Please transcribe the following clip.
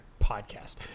podcast